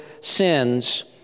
sins